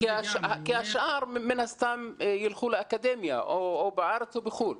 כי השאר מן הסתם ילכו לאקדמיה או בארץ או בחו"ל.